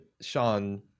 Sean